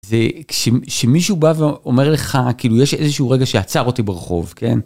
זה כשמישהו בא ואומר לך כאילו יש איזשהו רגע שעצר אותי ברחוב, כן?